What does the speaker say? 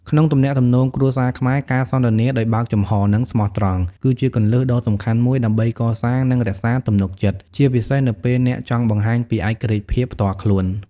ក្នុងទំនាក់ទំនងគ្រួសារខ្មែរ ការសន្ទនាដោយបើកចំហរ និងស្មោះត្រង់ គឺជាគន្លឹះដ៏សំខាន់មួយ ដើម្បីកសាង និងរក្សាទំនុកចិត្ត ជាពិសេសនៅពេលអ្នកចង់បង្ហាញពីឯករាជ្យភាពផ្ទាល់ខ្លួន។